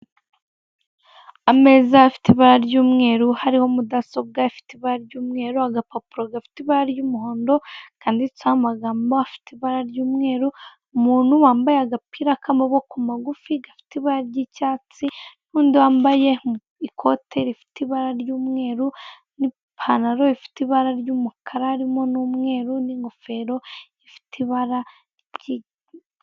Hari uburyo bwiza ushobora kuguriraho ibicuruzwa wifuza yaba imyambaro itandukanye iyo kujyana ahantu, iyo gutemberana n'ibindi byose bitandukanye.